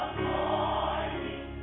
morning